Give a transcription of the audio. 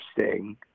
interesting